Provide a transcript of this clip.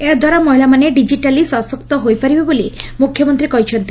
ଏହାଦ୍ୱାରା ମହିଳାମାନେ ଡିଜିଟାଲି ସଶକ୍ତ ହୋଇପାରିବେ ବୋଲି ମୁଖ୍ୟମନ୍ତୀ କହିଛନ୍ତି